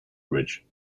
bridge